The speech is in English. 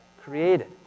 created